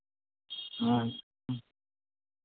ᱟᱪᱪᱷᱟ